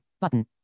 button